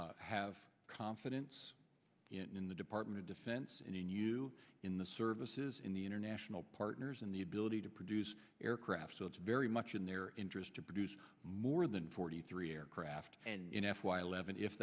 curve have confidence in the department of defense in you in the services in the international partners in the ability to produce aircraft so it's very much in their interest to produce more than forty three aircraft and in f y eleven if